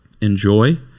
enjoy